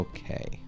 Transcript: Okay